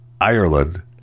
Ireland